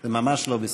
זה ממש לא בסדר.